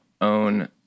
own